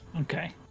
Okay